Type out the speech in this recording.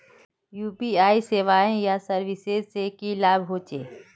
UPI सेवाएँ या services से की लाभ होचे?